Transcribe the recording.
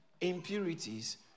impurities